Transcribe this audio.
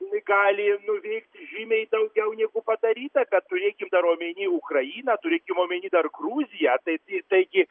gali nuveikti žymiai daugiau negu padaryta bet turėkim dar omeny ukrainą turėkim omeny dar gruziją tai taigi